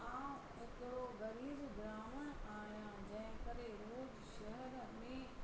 आउं हिकिड़ो ग़रीब ब्राह्मण आहियां जंहिं करे रोज़ शहर में